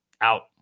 Out